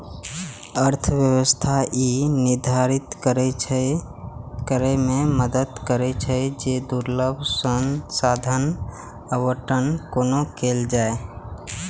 अर्थव्यवस्था ई निर्धारित करै मे मदति करै छै, जे दुर्लभ संसाधनक आवंटन कोना कैल जाए